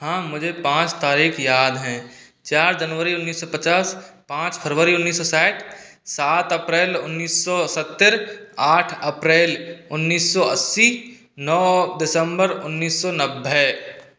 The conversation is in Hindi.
हाँ मुझे पाँच तारीख याद हैं चार जनवरी उन्नीस सौ पचास पाँच फरवरी उन्नीस सौ साठ सात अप्रैल उन्नीस सौ सत्तर आठ अप्रैल उन्नीस सौ अस्सी नौ दिसंबर उन्नीस सौ नब्बे